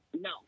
no